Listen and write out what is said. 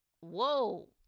whoa